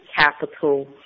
capital